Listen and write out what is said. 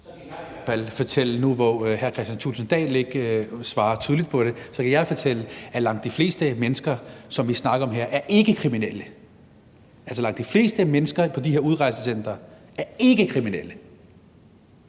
ikke svarer tydeligt på det, at langt de fleste mennesker, som vi snakker om her, ikke er kriminelle. Altså, langt de fleste mennesker på de her udrejsecentre er ikke kriminelle.